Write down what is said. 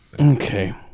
okay